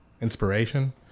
inspiration